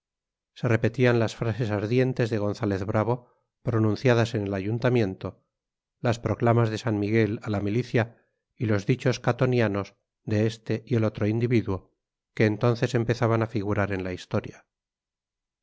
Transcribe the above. se repetían las frases ardientes de gonzález bravo pronunciadas en el ayuntamiento las proclamas de san miguel a la milicia y los dichos catonianos de este y el otro individuo que entonces empezaban a figurar en la historia